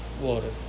water